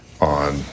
on